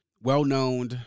well-known